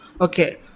Okay